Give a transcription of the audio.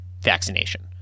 vaccination